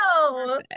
no